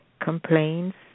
complaints